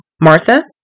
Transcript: Martha